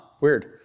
weird